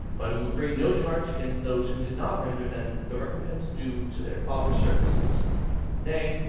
but who bring no charge against those who did not render them the recompense due to their fathers' services nay,